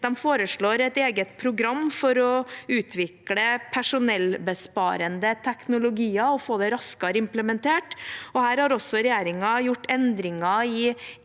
De foreslår et eget program for å utvikle personellbesparende teknologier og få det raskere implementert. Her har også regjeringen gjort endringer i